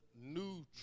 new